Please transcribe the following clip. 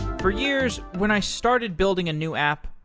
for years, when i started building a new app,